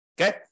Okay